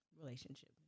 relationship